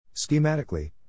Schematically